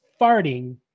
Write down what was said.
farting